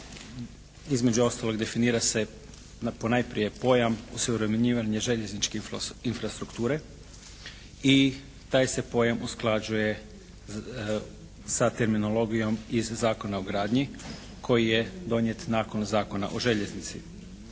između ostalog definira se ponajprije pojam osuvremenjivanje željezničke infrastrukture i taj se pojam usklađuje sa terminologijom iz Zakona o gradnji koji je donijet nakon Zakona o željeznici.